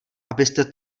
abyste